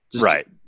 Right